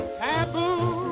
taboo